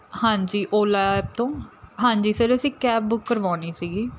ਹਾਂਜੀ ਓਲਾ ਐਪ ਤੋਂ ਹਾਂਜੀ ਸਰ ਅਸੀਂ ਕੈਬ ਬੁੱਕ ਕਰਵਾਉਣੀ ਸੀਗੀ